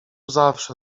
zawsze